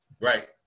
Right